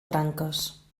branques